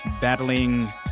battling